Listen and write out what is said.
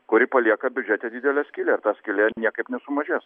kuri palieka biudžete didelę skylę ir ta skylė niekaip nesumažės